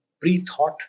pre-thought